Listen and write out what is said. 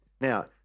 Now